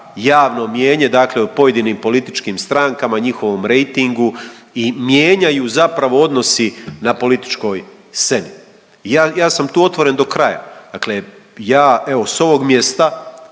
javno mnijenje dakle o pojedinim političkim strankama, njihovom rejtingu i mijenjaju zapravo odnosi na političkoj sceni. Ja, ja sam tu otvoren do kraja, dakle ja evo s ovog mjesta